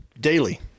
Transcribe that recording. daily